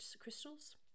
crystals